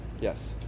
Yes